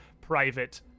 private